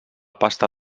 pasta